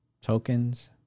tokens